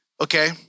Okay